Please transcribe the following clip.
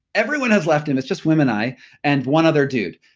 everyone has left. and it's just wim and i and one other dude.